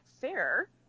fair